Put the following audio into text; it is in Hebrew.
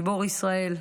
גיבור ישראל,